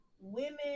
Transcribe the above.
women